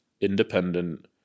independent